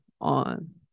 on